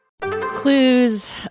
Clues